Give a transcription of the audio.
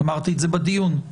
אמרתי את זה בדיון.